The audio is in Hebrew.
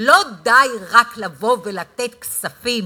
הרי אנחנו יושבים